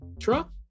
truck